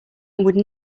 would